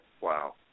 Wow